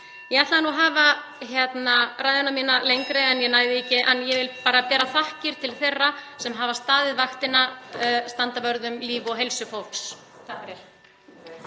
Ég ætlaði að hafa ræðuna mína lengri en ég næ því ekki. Ég vil bara bera fram þakkir til þeirra sem hafa staðið vaktina og staðið vörð um líf og heilsu fólks.